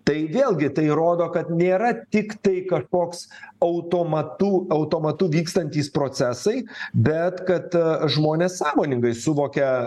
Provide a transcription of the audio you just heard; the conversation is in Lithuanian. tai vėlgi tai rodo kad nėra tiktai kažkoks automatų automatu vykstantys procesai bet kad žmonės sąmoningai suvokia